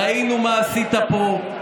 ראינו מה עשית פה.